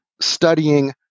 studying